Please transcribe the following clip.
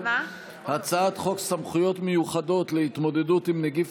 הצעת חוק סמכויות מיוחדות להתמודדות עם נגיף